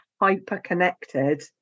hyper-connected